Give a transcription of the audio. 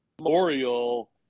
memorial